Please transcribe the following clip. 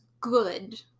good